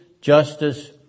Justice